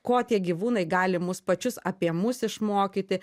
ko tie gyvūnai gali mus pačius apie mus išmokyti